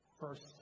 first